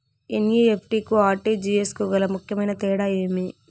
NEFT కు RTGS కు గల ముఖ్యమైన తేడా ఏమి?